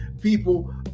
people